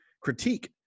critique